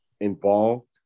involved